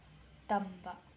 ꯇꯝꯕ